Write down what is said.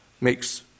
makes